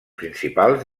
principals